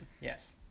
yes